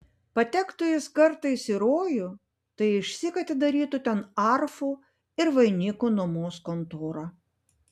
patektų jis kartais į rojų tai išsyk atidarytų ten arfų ir vainikų nuomos kontorą